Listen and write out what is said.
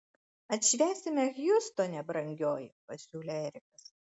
atšvęsime hjustone brangioji pasiūlė erikas